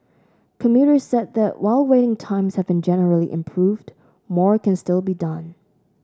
commuters said that while waiting times have generally improved more can still be done